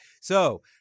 So-